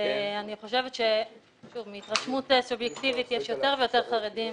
אני חושבת מהתרשמות סובייקטיבית שיש יותר ויותר חרדים